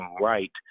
right